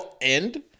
end